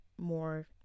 more